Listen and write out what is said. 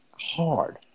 Hard